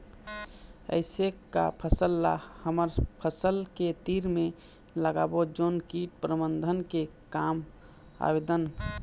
ऐसे का फसल ला हमर फसल के तीर मे लगाबो जोन कीट प्रबंधन के काम आवेदन?